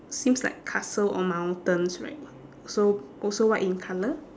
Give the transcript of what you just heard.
seems like castle or mountains like so also white in colour